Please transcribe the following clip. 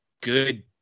good